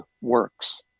works